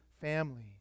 family